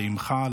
לאימך,